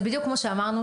זה בדיוק כמו שאמרנו,